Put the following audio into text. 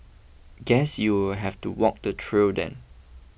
guess you'll have to walk the trail then